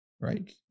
right